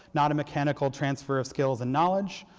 not a mechanical transfer of skills and knowledge,